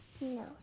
No